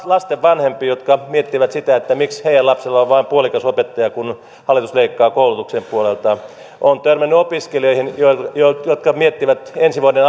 lasten vanhempiin jotka miettivät sitä miksi heidän lapsellaan on vain puolikas opettaja kun hallitus leikkaa koulutuksen puolelta olen törmännyt opiskelijoihin jotka jotka miettivät ensi vuoden